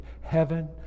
heaven